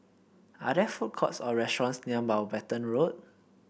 are there food courts or restaurants near Mountbatten Road